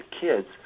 kids